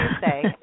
say